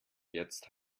jetzt